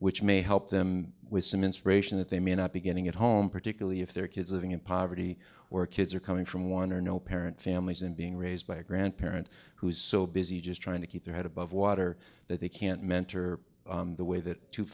which may help them with some inspiration that they may not be getting at home particularly if their kids living in poverty or kids are coming from one or no parent families and being raised by a grandparent who is so busy just trying to keep their head above water that they can't mentor the way that t